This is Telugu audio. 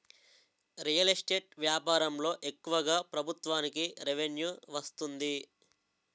రియల్ ఎస్టేట్ వ్యాపారంలో ఎక్కువగా ప్రభుత్వానికి రెవెన్యూ వస్తుంది